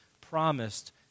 promised